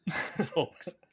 folks